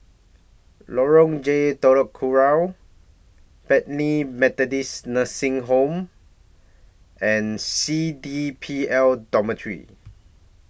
Lorong J Telok Kurau Bethany Methodist Nursing Home and C D P L Dormitory